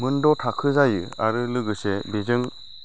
मोन द' थाखो जायो आरो लोगोसे बेजों